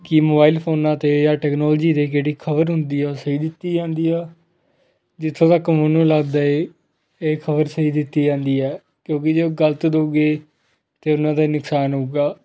ਕੀ mobile ਫੋਨਾਂ 'ਤੇ ਜਾਂ ਟੈਕਨੋਲੋਜੀ ਦੇ ਜਿਹੜੀ ਖਬਰ ਹੁੰਦੀ ਹੈ ਉਹ ਸਹੀ ਦਿੱਤੀ ਜਾਂਦੀ ਆ ਜਿੱਥੋਂ ਤੱਕ ਮੈਨੂੰ ਲੱਗਦਾ ਹੈ ਇਹ ਖਬਰ ਸਹੀ ਦਿੱਤੀ ਜਾਂਦੀ ਹੈ ਕਿਉਂਕਿ ਜੇ ਉਹ ਗਲਤ ਦਊਗੇ ਤਾਂ ਉਹਨਾਂ ਦਾ ਹੀ ਨੁਕਸਾਨ ਹੋਊਗਾ